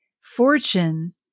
fortune